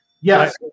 Yes